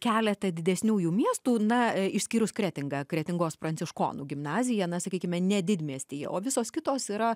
kelete didesniųjų miestų na išskyrus kretingą kretingos pranciškonų gimnazija na sakykime ne didmiestyje o visos kitos yra